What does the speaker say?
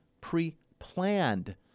pre-planned